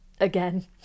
again